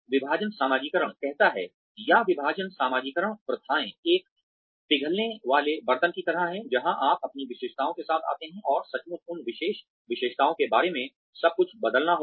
विभाजन समाजीकरण कहता है या विभाजन समाजीकरण प्रथाएं एक पिघलने वाले बर्तन की तरह हैं जहां आप अपनी विशेषताओं के साथ आते हैं और सचमुच उन विशेष विशेषताओं के बारे में सब कुछ बदलना होगा